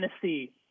Tennessee